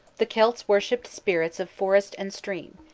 the celts worshipped spirits of forest and stream,